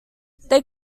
they